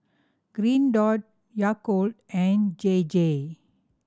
Green Dot Yakult and J J